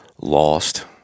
lost